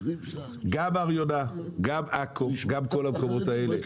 גם הר יונה, גם עכו, גם כל המקומות האלה.